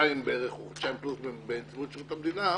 בחודשיים פלוס בנציבות שירות המדינה,